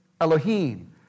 Elohim